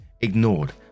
ignored